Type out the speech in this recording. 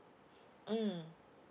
mm